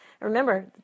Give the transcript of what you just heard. Remember